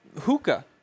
hookah